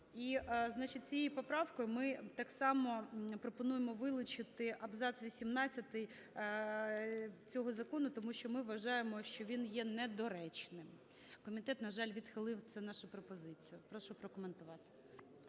цією поправкою ми так само пропонуємо вилучити абзац вісімнадцятий цього закону, тому що ми вважаємо, що він є недоречним. Комітет, на жаль, відхилив цю нашу пропозицію. Прошу прокоментувати.